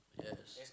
yes